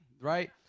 Right